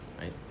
right